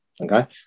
okay